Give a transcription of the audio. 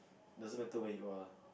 doesn't matter where you are